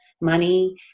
money